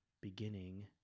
beginning